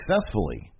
successfully